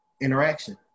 interaction